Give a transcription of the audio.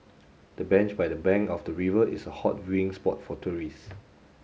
the bench by the bank of the river is a hot viewing spot for tourists